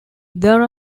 there